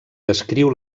descriu